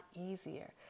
easier